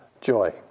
joy